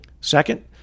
second